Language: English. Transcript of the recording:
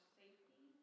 safety